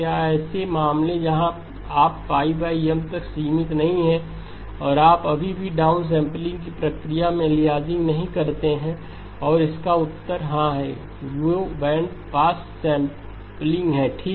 क्या ऐसे मामले हैं जहां आप M तक सीमित नहीं हैं और आप अभी भी डाउनसेंपलिंग की प्रक्रिया में एलियासिंग नहीं करते हैं और इसका उत्तर हां है कि वो बैंडपास सेंपलिंग है ठीक